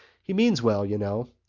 he means well, you know,